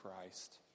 Christ